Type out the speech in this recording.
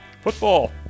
football